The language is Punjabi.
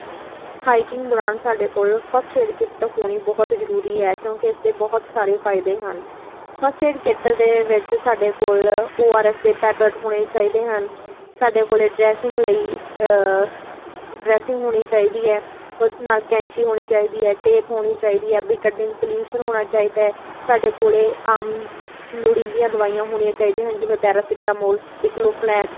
ਹਾਈਕਿੰਗ ਦੌਰਾਨ ਸਾਡੇ ਕੋਲ ਫਸਟ ਏਡ ਕਿੱਟ ਹੋਣੀ ਬਹੁਤ ਜਰੂਰੀ ਹੈ ਕਿਉਂਕਿ ਇਸਦੇ ਬਹੁਤ ਸਾਰੇ ਫਾਇਦੇ ਹਨ ਫਸਟ ਏਡ ਕਿੱਟ ਦੇ ਵਿੱਚ ਸਾਡੇ ਕੋਲ ਓ ਆਰ ਐਸ ਦੇ ਪੈਕਟ ਹੋਣੇ ਚਾਹੀਦੇ ਹਨ ਸਾਡੇ ਕੋਲੇ ਡਰੈਸਿੰਗ ਲਈ ਉਸ ਨਾਲ ਕੈਂਚੀ ਹੋਣੀ ਚਾਹੀਦੀ ਹ ਟੇਪ ਹੋਣੀ ਚਾਹੀਦੀ ਹੈ ਬੀਟਾਡੀਨ ਸਲਿਊਸ਼ਨ ਹੋਣਾ ਚਾਹੀਦਾ ਸਾਡੇ ਕੋਲੇ ਆਮ ਲੋੜੀਦੀਆਂ ਦਵਾਈਆਂ ਹੋਣੀਆਂ ਚਾਹੀਦੀਆਂ ਹਨ ਜਿਵੇਂ ਪੈਰਾਸਿਟਾਮੋਲ ਡਿਕਲੋਫਲੈਕ